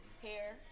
Hair